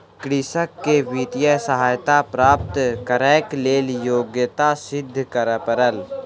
कृषक के वित्तीय सहायता प्राप्त करैक लेल योग्यता सिद्ध करअ पड़ल